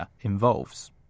involves